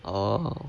orh